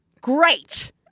great